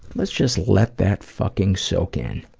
let's just let that fucking soak in.